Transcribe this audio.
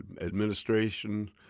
administration